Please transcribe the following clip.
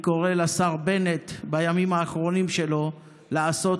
אני קורא לשר בנט בימים האחרונים שלו לעשות